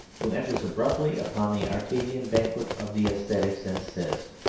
who enters abruptly upon the arcadian banquet of the aesthetics and says,